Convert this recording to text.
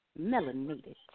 melanated